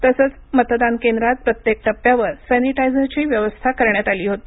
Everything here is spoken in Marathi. तसंच मतदान केंद्रात प्रत्येक टप्प्यावर सॅनिटायझरची व्यवस्था करण्यात आली होती